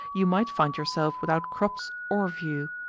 you might find yourself without crops or view.